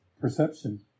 perception